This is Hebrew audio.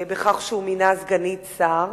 בכך שהוא מינה סגנית שר,